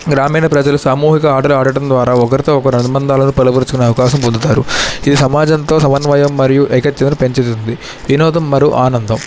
గ్రామీణ ప్రజలు సామూహిక ఆటలు ఆడటం ద్వారా ఒకరితో ఒకరు అనుబంధాలను బలపరుచుకొనే అవకాశం పొందుతారు ఇది సమాజంతో సమన్వయం మరియూ ఏకత్వాన్ని పెంచుతుంది వినోదం మరో ఆనందం